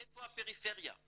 איפה הפריפריה?